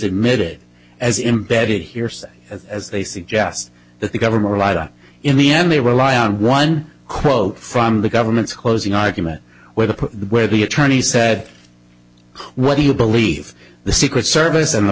hearsay as they suggest that the government in the end they rely on one quote from the government's closing argument where the where the attorney said what do you believe the secret service and